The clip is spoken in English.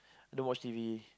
don't watch T_V